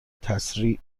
تسریع